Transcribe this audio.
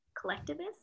collectivist